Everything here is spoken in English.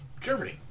Germany